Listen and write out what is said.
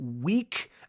weak